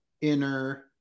inner